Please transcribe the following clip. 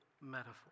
metaphor